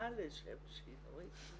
מחמאה לשם שינוי,